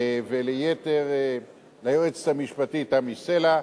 וליתר ליועצת המשפטית תמי סלע,